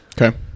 Okay